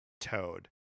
Toad